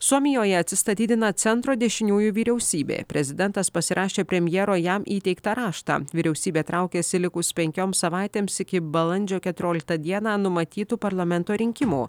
suomijoje atsistatydina centro dešiniųjų vyriausybė prezidentas pasirašė premjero jam įteiktą raštą vyriausybė traukiasi likus penkioms savaitėms iki balandžio keturioliktą dieną numatytų parlamento rinkimų